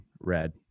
red